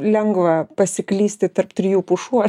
lengva pasiklysti tarp trijų pušų